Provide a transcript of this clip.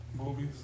Movies